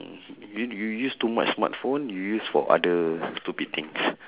you you use too much smartphone you use for other stupid things